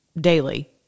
daily